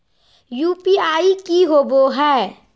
UPI की होबो है?